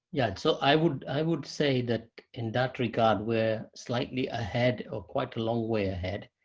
yeah, so i would i would say that in that regard we're slightly ahead, or quite a long way ahead.